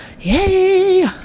Yay